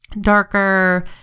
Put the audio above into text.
darker